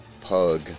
pug